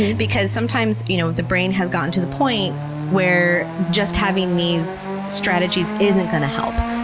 because sometimes you know the brain has gotten to the point where just having these strategies isn't going to help.